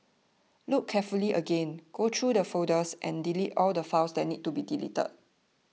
look carefully again go through the folders and delete all the files that need to be deleted